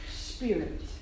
spirit